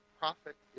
profit